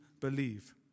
believe